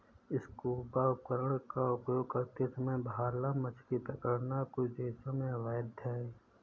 scuba उपकरण का उपयोग करते समय भाला मछली पकड़ना कुछ देशों में अवैध है